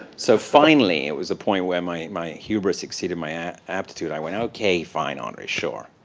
so finally it was the point where my my hubris exceeded my ah aptitude i went, ok, fine, andre. sure.